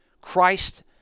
Christ